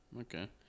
Okay